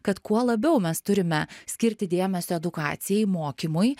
kad kuo labiau mes turime skirti dėmesio edukacijai mokymui